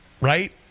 right